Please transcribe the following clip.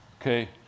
Okay